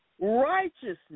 Righteousness